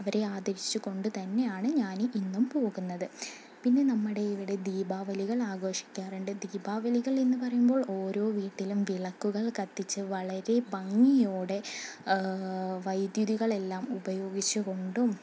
അവരെ ആദരിച്ചു കൊണ്ടു തന്നെയാണ് ഞാൻ ഇന്നും പോകുന്നത് പിന്നെ നമ്മുടെ ഇവിടെ ദീപാവലികൾ ആഘോഷിക്കാറുണ്ട് ദീപാവലികൾ എന്ന് പറയുമ്പോൾ ഓരോ വീട്ടിലും വിളക്കുകൾ കത്തിച്ചു വളരെ ഭംഗിയോടെ വൈദ്യുതികളെല്ലാം ഉപയോഗിച്ചു കൊണ്ടും